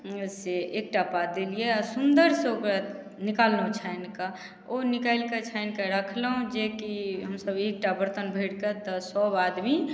से एकटा पात देलिए आओर सुन्दरसँ ओकरा निकाललहुँ छानिकऽ ओ निकालिकऽ छानिकऽ रखलहुँ जे कि हमसब एकटा बर्तन भरिकऽ तऽ सबआदमी